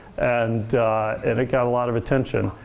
and and it got a lot of attention.